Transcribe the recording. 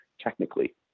technically